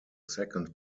second